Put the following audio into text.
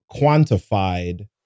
quantified